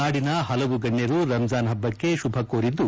ನಾಡಿನ ಹಲವು ಗಣ್ಯರು ರಂಜಾನ್ ಹಬ್ಬಕ್ಕೆ ಶುಭ ಕೋರಿದ್ದು